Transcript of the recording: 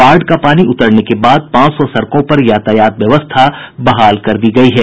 बाढ़ का पानी उतरने के बाद पांच सौ सड़कों पर यातायात व्यवस्था बहाल कर दी गयी है